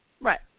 Right